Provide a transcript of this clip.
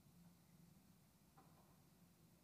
בבקשה.